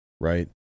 right